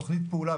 תוכנית פעולה,